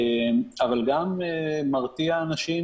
ברגע שאנשים מגיעים